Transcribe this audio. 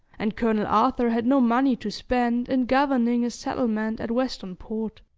and colonel arthur had no money to spend in governing a settlement at western port.